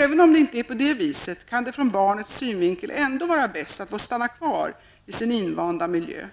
Även om det inte är på det viset, kan det från barnets synvinkel ändå vara bäst att få stanna kvar i sin invanda miljö.